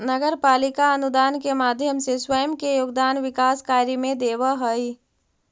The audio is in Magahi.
नगर पालिका अनुदान के माध्यम से स्वयं के योगदान विकास कार्य में देवऽ हई